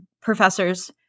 professors